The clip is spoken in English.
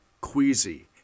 queasy